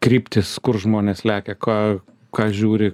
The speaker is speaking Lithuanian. kryptys kur žmonės lekia ką ką žiūri